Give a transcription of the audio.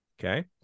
Okay